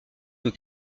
que